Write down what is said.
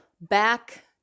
back